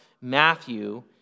Matthew